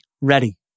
Ready